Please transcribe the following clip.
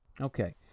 Okay